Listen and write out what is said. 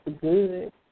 good